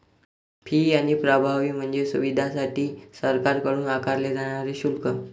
fee आणि प्रभावी म्हणजे सुविधांसाठी सरकारकडून आकारले जाणारे शुल्क